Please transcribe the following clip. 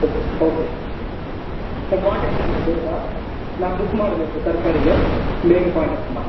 oak okay sir sir contact ಮಾಡಿ ಬೇಗ ನಾ ಬುಕ್ ಮಾಡಬೇಕು ತರಕಾರಿಗೆ ಬೇಗ ಕಾಂಟ್ಯಾಕ್ಟ್ ಮಾಡಿ